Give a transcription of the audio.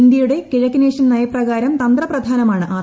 ഇന്ത്യയുടെ കിഴക്കനേഷ്യൻ നയപ്രകാരം തന്ത്രപ്രധാനമാണ് ആർ